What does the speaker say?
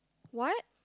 what